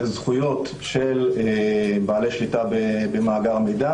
בזכויות של בעלי שליטה במאגר מידע.